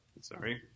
Sorry